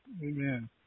Amen